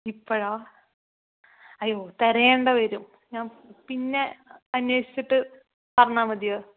ഇപ്പോഴോ അയ്യോ തിരയേണ്ടി വരും ഞാൻ പിന്നെ അന്യോഷിച്ചിട്ട് പറഞ്ഞാൽ മതിയോ